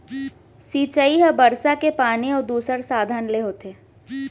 सिंचई ह बरसा के पानी अउ दूसर साधन ले होथे